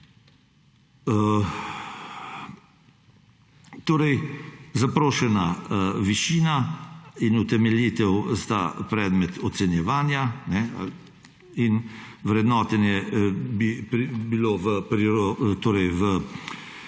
Zaprošena višina in utemeljitev sta predmet ocenjevanja. Vrednotenje bi bilo